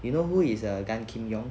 you know who is err gan kim yong